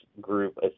group